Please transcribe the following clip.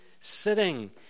sitting